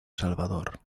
salvador